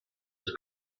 this